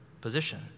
position